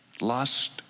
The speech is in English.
lust